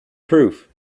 proof